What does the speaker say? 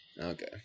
okay